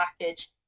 package